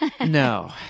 No